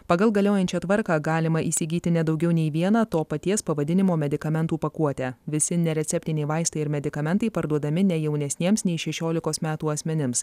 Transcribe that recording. pagal galiojančią tvarką galima įsigyti ne daugiau nei vieną to paties pavadinimo medikamentų pakuotę visi nereceptiniai vaistai ir medikamentai parduodami ne jaunesniems nei šešiolikos metų asmenims